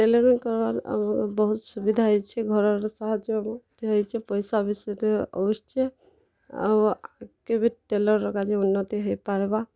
tailoring କରବାର୍ ଆମର୍ ବହୁତ୍ ସୁବିଧା ହେଇଛେ ଘରର୍ ସାହାଯ୍ୟ ମଧ୍ୟ ହେଇଛେ ପଇସା ବି ସିଧା ଆସୁଛେ ଆଉ ଆଗ୍ କେ ବି ଟେଲର୍ କା'ଯେ ଉନ୍ନତି ହେଇପାର୍ବା